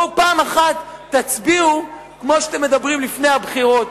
בואו פעם אחת תצביעו כמו שאתם מדברים לפני הבחירות,